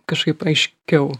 kažkaip aiškiau